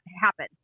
happen